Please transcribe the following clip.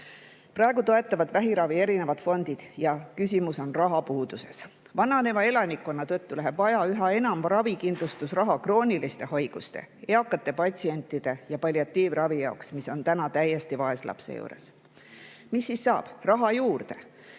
Praegu toetavad vähiravi erinevad fondid. Küsimus on rahapuuduses. Vananeva elanikkonna tõttu läheb aja üha enam ravikindlustusraha krooniliste haigustega eakate patsientide ja palliatiivravi jaoks, mis on praegu täiesti vaeslapse osas. Mis siis saab? Raha juurde?